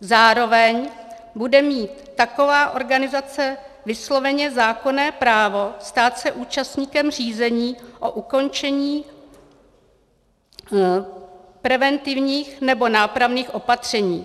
Zároveň bude mít taková organizace vysloveně zákonné právo stát se účastníkem řízení o ukončení preventivních nebo nápravných opatření.